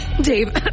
Dave